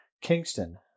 Kingston